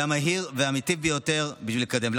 המהיר והמיטיב ביותר כדי להתקדם.